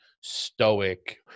stoic